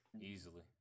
Easily